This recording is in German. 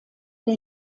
der